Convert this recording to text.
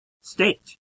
State